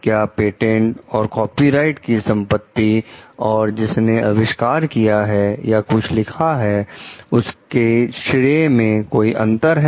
क्या पेटेंट और कॉपीराइट की संपत्ति और जिसने अविष्कार किया है या कुछ लिखा है उसके श्रेया में कोई अंतर है